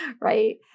right